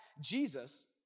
Jesus